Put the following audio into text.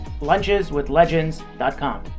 luncheswithlegends.com